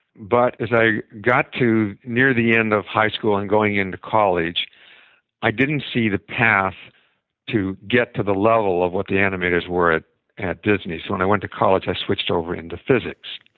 but as i got near the end of high school and going into college i didn't see the path to get to the level of what the animators were at at disney. so when i went to college, i switched over into physics.